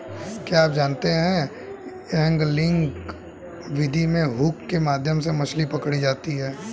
क्या आप जानते है एंगलिंग विधि में हुक के माध्यम से मछली पकड़ी जाती है